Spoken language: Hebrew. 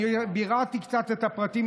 אני ביררתי קצת את הפרטים.